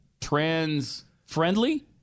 trans-friendly